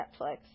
Netflix